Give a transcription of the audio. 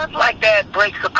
and like that breaks a